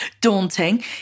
daunting